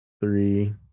three